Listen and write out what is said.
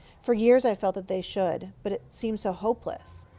for years i've felt that they should, but it seemed so hopeless.